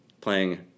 playing